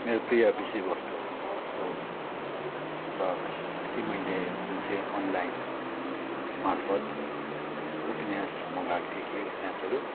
मेरो प्रिय विषयवस्तु हो हो र अस्ति मैले जुन चाहिँ अनलाइन मार्फत् उपन्यास मगाएको थिएँ केही उपन्यासहरू